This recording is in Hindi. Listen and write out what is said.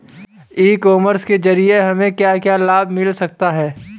ई कॉमर्स के ज़रिए हमें क्या क्या लाभ मिल सकता है?